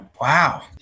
Wow